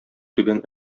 түбән